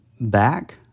back